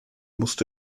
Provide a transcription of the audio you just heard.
musste